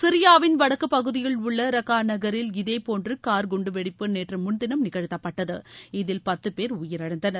சிரியாவின் வடக்குப் பகுதியில் உள்ள ரக்கா நகரில் இதேபோன்று கார் குண்டுவெடிப்பு நேற்று முன்தினம் நிகழ்த்தப்பட்டது இதில் பத்து பேர் உயிரிழந்தனர்